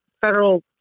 federal